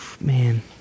man